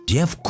Jeff